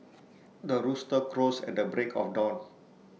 the rooster crows at the break of dawn